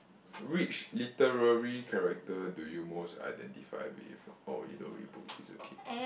which literary character do you most identify with oh you don't read books is okay